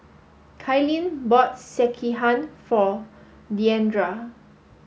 Kailyn bought Sekihan for Diandra